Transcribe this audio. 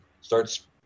starts